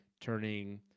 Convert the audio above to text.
turning